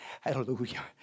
hallelujah